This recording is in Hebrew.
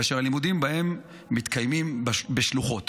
כאשר הלימודים בהם מתקיימים בשלוחות.